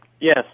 Yes